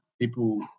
people